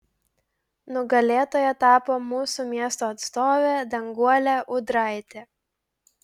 nugalėtoja tapo mūsų miesto atstovė danguolė ūdraitė